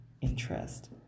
interest